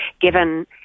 given